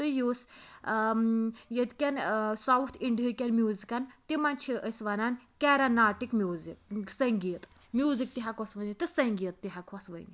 یُس ییٚتہِ کیٚن ساوُتھ اِنڈیہٕکۍ میٛوٗزکن تِمَن چھِ أسۍ وَنان کیراناٹِک میٛوٗزِک سَنٛگیٖت میٛوٗزِک تہٕ ہیٚکہوس ؤنِتھ تہٕ سنٛگیٖت تہِ ہیٚکہوس ؤنِتھ